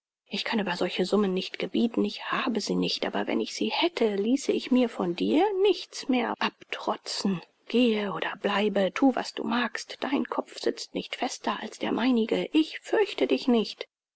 ich kann über solche summen nicht gebieten ich habe sie nicht aber wenn ich sie hätte ließe ich mir von dir nichts mehr abtrotzen gehe oder bleibe thu was du magst dein kopf sitzt nicht fester als der meinige ich fürchte dich nicht